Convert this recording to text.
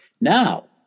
now